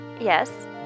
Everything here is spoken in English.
Yes